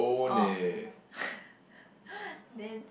oh then